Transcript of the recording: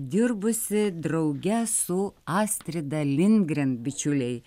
dirbusi drauge su astrida lindgren bičiuliai